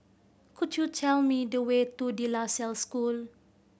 could you tell me the way to De La Salle School